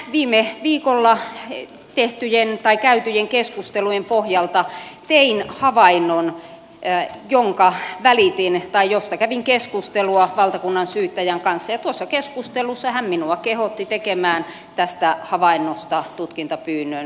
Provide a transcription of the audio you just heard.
viime viikolla käytyjen keskustelujen pohjalta tein havainnon josta kävin keskustelua valtakunnansyyttäjän kanssa ja tuossa keskustelussa hän kehotti minua tekemään tästä havainnosta tutkintapyynnön jonka tein